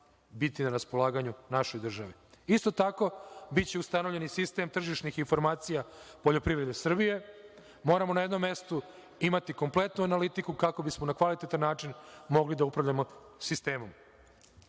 biti na raspolaganju našoj državi. Isto tako, biće ustanovljeni sistem tržišnih informacija poljoprivrede Srbije. Moramo na jednom mestu imati kompletnu analitiku, kako bi smo na kvalitetan način mogli da upravljamo sistemom. Što